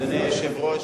היושב-ראש,